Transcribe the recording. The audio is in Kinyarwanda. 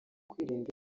kwirinda